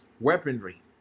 weaponry